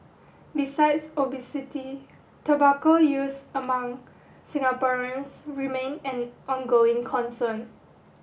besides obesity tobacco use among Singaporeans remain an ongoing concern